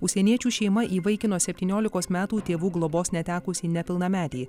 užsieniečių šeima įvaikino septyniolikos metų tėvų globos netekusį nepilnametį